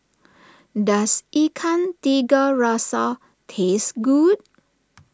does Ikan Tiga Rasa taste good